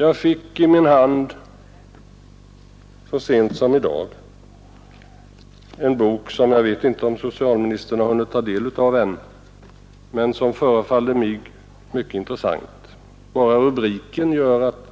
Jag fick så sent som i dag i min hand en bok som förefaller mig mycket intressant — jag vet inte om socialministern ännu haft tid att ta del av den. Bara rubriken gör att